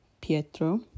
Pietro